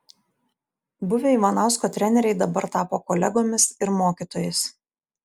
buvę ivanausko treneriai dabar tapo kolegomis ir mokytojais